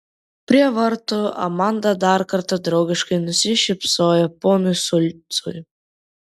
prie vartų amanda dar kartą draugiškai nusišypsojo ponui šulcui